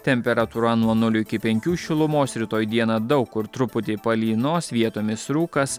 temperatūra nuo nulio iki penkių šilumos rytoj dieną daug kur truputį palynos vietomis rūkas